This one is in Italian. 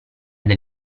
del